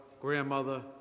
grandmother